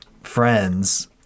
friends